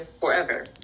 forever